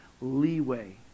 leeway